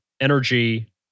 energy